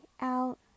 out